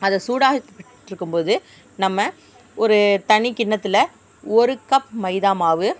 அது சூடாகிட்டுக்கிட்டு இருக்கும்போது நம்ம ஒரு தனி கிண்ணத்தில் ஒரு கப் மைதா மாவு